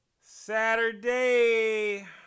Saturday